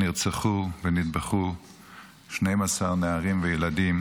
נרצחו ונטבחו 12 נערים וילדים